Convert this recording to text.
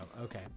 okay